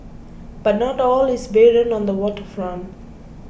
but not all is barren on the Water Front